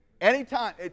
Anytime